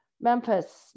memphis